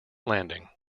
landing